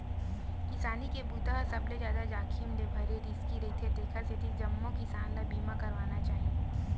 किसानी के बूता ह सबले जादा जाखिम ले भरे रिस्की रईथे तेखर सेती जम्मो किसान ल बीमा करवाना चाही